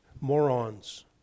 morons